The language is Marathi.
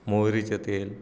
मोहरीचे तेल